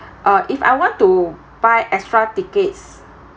uh if I want to buy extra tickets